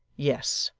yes.